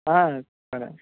సరే అండి